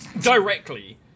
Directly